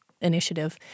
initiative